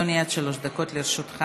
בבקשה, אדוני, עד שלוש דקות לרשותך.